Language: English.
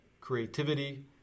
creativity